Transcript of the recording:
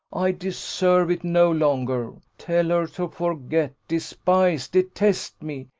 i deserve it no longer. tell her to forget, despise, detest me.